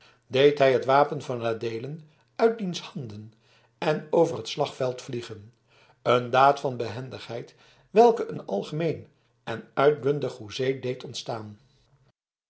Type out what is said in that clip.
deed hij het wapen van adeelen uit diens handen en over het slagveld vliegen een daad van behendigheid welke een algemeen en uitbundig hoezee deed ontstaan